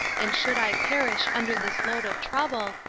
and should i perish under this load of trouble,